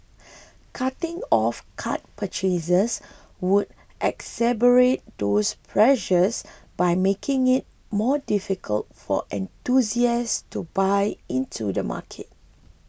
cutting off card purchases could exacerbate those pressures by making it more difficult for enthusiasts to buy into the market